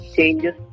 changes